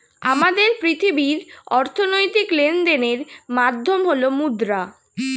আমাদের পৃথিবীর অর্থনৈতিক লেনদেনের মাধ্যম হল মুদ্রা